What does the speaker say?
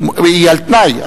שהיא על תנאי.